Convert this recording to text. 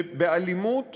באלימות